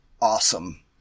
Awesome